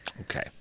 okay